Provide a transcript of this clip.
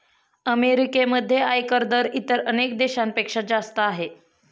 अमेरिकेमध्ये आयकर दर इतर अनेक देशांपेक्षा जास्त आहे